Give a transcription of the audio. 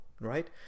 right